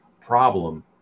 problem